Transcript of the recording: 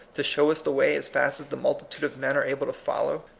to show us the way as fast as the multitude of men are able to follow?